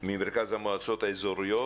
ממרכז המועצות האזוריות